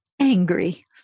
angry